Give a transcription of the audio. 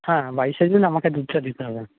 হ্যাঁ বাইশে জুন আমাকে দুধটা দিতে হবে